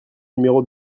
numéro